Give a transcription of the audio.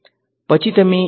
પછી તમે FEM પર આવો